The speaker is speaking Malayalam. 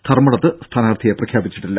ധർമ്മടത്ത് സ്ഥാനാർഥിയെ പ്രഖ്യാപിച്ചിട്ടില്ല